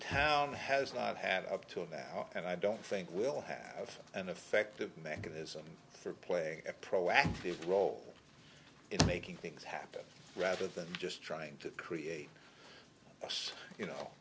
town has not had up to that and i don't think we'll have an effective mechanism for play a proactive role in making things happen rather than just trying to create a so you know